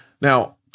Now